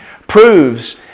Proves